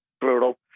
brutal